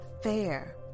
fair